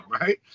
right